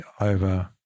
over